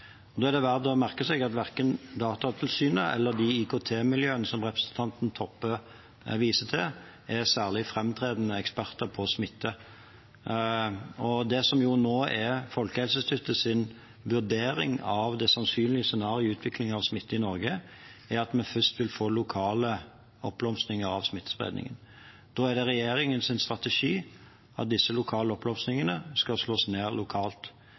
Da er det verdt å merke seg at verken Datatilsynet eller de IKT-miljøene som representanten Toppe viste til, er særlig framtredende eksperter på smitte. Det som nå er Folkehelseinstituttets vurdering av det sannsynlige scenarioet i utvikling av smitte i Norge, er at vi først vil få lokale oppblomstringer av smittespredningen. Da er det regjeringens strategi at disse lokale oppblomstringene skal slås ned lokalt.